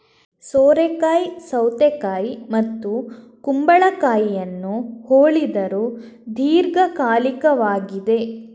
ಸೋರೆಕಾಯಿ ಸೌತೆಕಾಯಿ ಮತ್ತು ಕುಂಬಳಕಾಯಿಯನ್ನು ಹೋಲಿದರೂ ದೀರ್ಘಕಾಲಿಕವಾಗಿದೆ